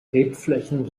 rebflächen